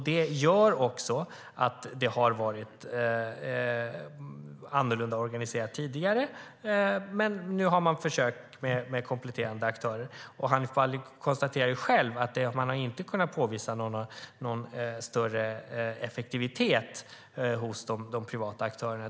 Det har varit annorlunda organiserat tidigare, men nu har man försökt med kompletterande aktörer. Hanif Bali konstaterar själv att man inte har kunnat påvisa någon större effektivitet hos de privata aktörerna.